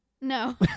No